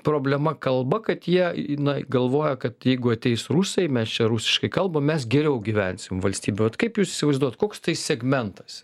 problema kalba kad jie na galvoja kad jeigu ateis rusai mes čia rusiškai kalbam mes geriau gyvensim valstybėj o vat kaip jūs įsivaizduojat koks tai segmentas